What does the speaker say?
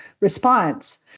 response